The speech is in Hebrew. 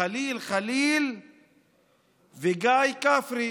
חליל חליל וגיא כפרי.